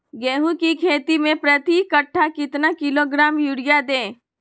गेंहू की खेती में प्रति कट्ठा कितना किलोग्राम युरिया दे?